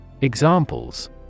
Examples